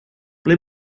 ble